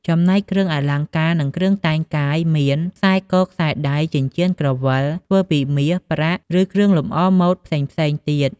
ចំណែកគ្រឿងអលង្ការ និងគ្រឿងតែងកាយមាន ខ្សែក ខ្សែដៃ ចិញ្ចៀន ក្រវិល ធ្វើពីមាស ប្រាក់ ឬគ្រឿងលម្អម៉ូតផ្សេងៗទៀត។